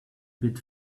bit